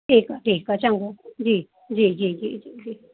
ठीकु आहे ठीकु आहे चङो जी जी जी जी जी जी